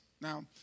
Now